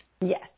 Yes